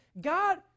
God